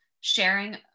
sharing